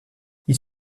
ils